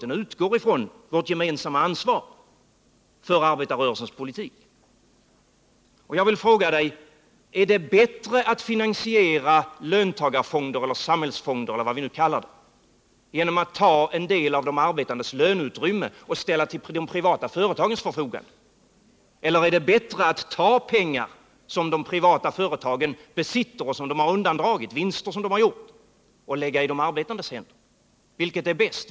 Den utgår från vårt gemensamma ansvar för arbetar Jag vill fråga dig: Är det bättre att finansiera löntagarfonder — eller samhällsfonder eller vad vi än kallar dem — genom att ta en del av de arbetandes löneutrymme och ställa det till de privata företagens förfogande, eller är det bättre att ta pengar som de privata företagen besitter och som de fått genom de vinster de gjort och lägga dem i de arbetandes händer? Vilket är bäst?